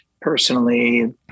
personally